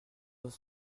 dans